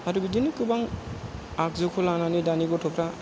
आरो बिदिनो गोबां आगजुखौ लानानै दानि गथ'फ्रा